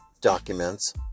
documents